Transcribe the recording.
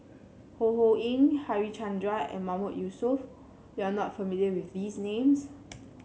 Ho Ho Ying Harichandra and Mahmood Yusof you are not familiar with these names